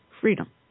freedom